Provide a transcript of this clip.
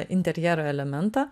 interjero elementą